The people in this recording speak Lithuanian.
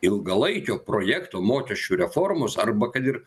ilgalaikio projekto mokesčių reformos arba kad ir